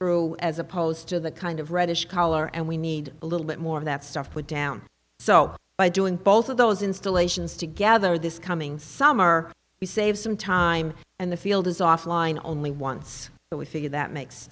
through as opposed to the kind of reddish color and we need a little bit more of that stuff put down so by doing both of those installations together this coming summer we save some time and the field is offline only once but we figure that makes